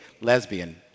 lesbian